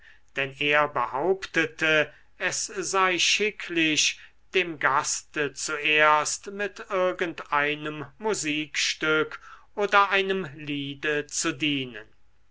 denn er behauptete es sei schicklich dem gaste zuerst mit irgend einem musikstück oder einem liede zu dienen